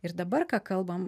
ir dabar ką kalbam